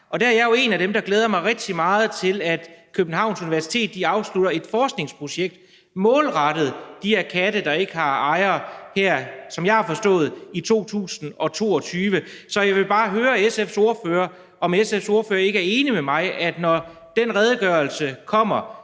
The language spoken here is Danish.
Der er jeg jo en af dem, der glæder mig rigtig meget til, at Københavns Universitet afslutter et forskningsprojekt målrettet de her katte, der ikke har ejere, og det gør de her i 2022. Så jeg vil bare høre SF's ordfører, om han ikke er enig med mig i, at når den redegørelse kommer,